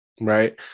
Right